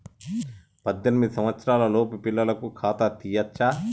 పద్దెనిమిది సంవత్సరాలలోపు పిల్లలకు ఖాతా తీయచ్చా?